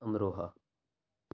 Amroha